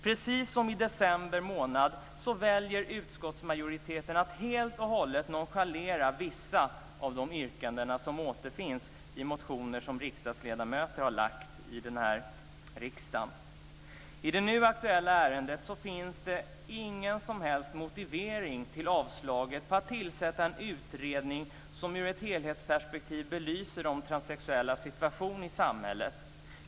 Precis som i december månad väljer utskottsmajoriteten att helt och hållet nonchalera vissa av de yrkanden som återfinns i motioner väckta av riksdagsledamöter i riksdagen. I det nu aktuella ärendet finns det ingen som helst motivering till avstyrkandet av att tillsätta en utredning som ur ett helhetsperspektiv ska belysa de transsexuellas situation i samhället.